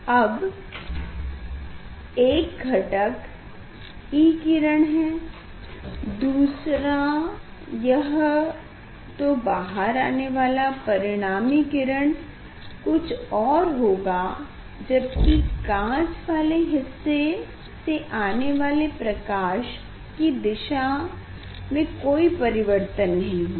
अब एक घटक E किरण है और दूसरा यह तो बाहर आने वाला परिणामी किरण कुछ और होगा जबकि कांच वाले हिस्से से आने वाले प्रकाश की दिशा में कोई परिवर्तन नहीं होगा